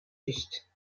juste